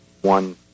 one